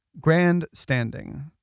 Grandstanding